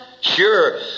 Sure